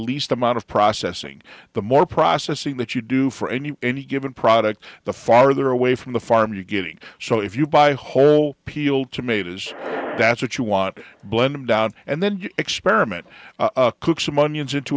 least amount of processing the more processing that you do for any any given product the farther away from the farm you're getting so if you buy whole appeal to made as that's what you want blend them down and then you experiment cook some onions into